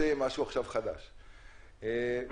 אל תדברו אם אתם רוצים להמשיך- -- בעיקרון מגישים בזמן הקראת החוק.